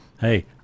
hey